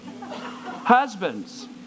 Husbands